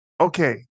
Okay